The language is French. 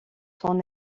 son